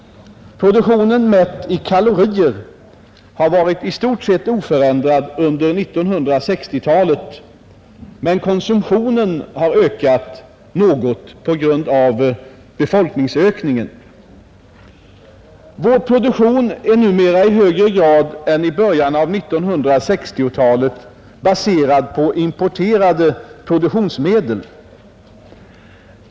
Produktionen, mätt i kalorier, har varit i stort sett oförändrad under 1960-talet, men konsumtionen har ökat något på grund av befolkningsökningen. Vår produktion är numera i högre grad än i början av 1960-talet baserad på importerade produktionsmedel.